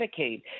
Medicaid